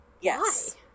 Yes